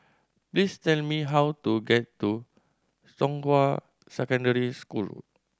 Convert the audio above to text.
please tell me how to get to Zhonghua Secondary School